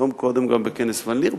יום קודם גם בכנס ון-ליר,